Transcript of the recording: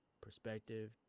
perspective